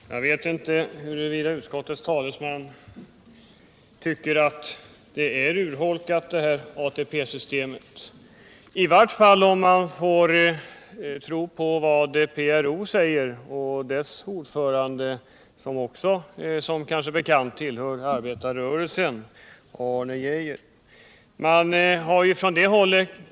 Herr talman! Jag vet inte huruvida utskottets talesman tycker att ATP systemet är urholkat. Men det är det, i varje fall om man får tro på vad som sägs av Pensionärernas riksorganisation och dess ordförande Arne Geijer — han tillhör också arbetarrörelsen, som kanske är bekant.